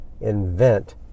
invent